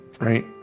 right